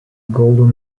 golden